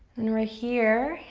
and we're here,